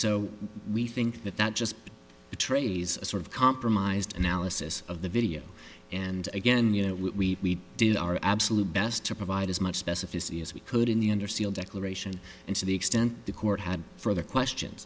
so we think that that just betrays a sort of compromised analysis of the video and again you know we did our absolute best to provide as much specificity as we could in the underseal declaration and to the extent the court had further question